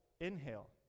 inhale